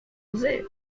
łzy